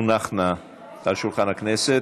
תונחנה על שולחן הכנסת.